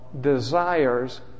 desires